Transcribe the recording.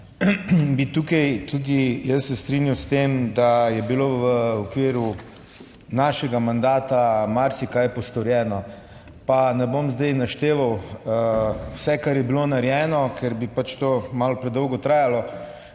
bi tukaj tudi jaz se strinjam s tem, da je bilo v okviru našega mandata marsikaj postorjeno, pa ne bom zdaj našteval vse kar je bilo narejeno, ker bi to malo predolgo trajalo,